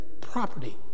property